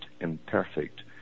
imperfect